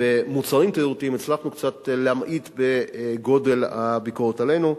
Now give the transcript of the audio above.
ומוצרים תיירותיים הצלחנו קצת להמעיט את גודל הביקורת עלינו.